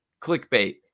clickbait